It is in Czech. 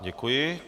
Děkuji.